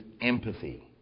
empathy